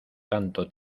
tanto